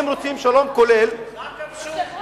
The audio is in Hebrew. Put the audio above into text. אם רוצים שלום כולל, אותך כבשו?